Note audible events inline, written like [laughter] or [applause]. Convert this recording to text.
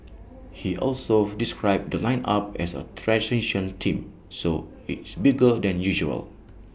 [noise] he also described the lineup as A transition team so it's bigger than usual